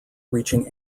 reaching